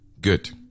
good